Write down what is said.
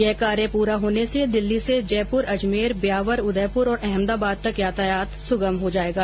यह कार्य पूरा होने से दिल्ली से जयपूर अजमेर ब्यावर उदयपुर और अहमदाबाद तक यातायात सुगम हो जाएगा